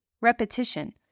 Repetition